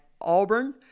Auburn